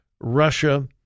Russia